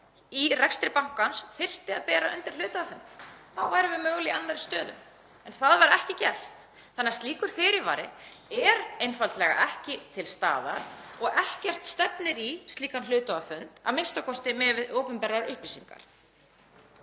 í rekstri bankans þyrfti að bera undir hluthafafund. Þá værum við mögulega í annarri stöðu. En það var ekki gert þannig að slíkur fyrirvari er einfaldlega ekki til staðar og ekkert stefnir í slíkan hluthafafund, a.m.k. miðað við opinberar upplýsingar.